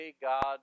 God